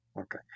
Okay